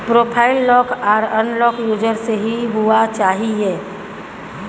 profile lock आर unlock user से ही हुआ चाहिए